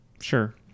Sure